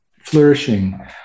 flourishing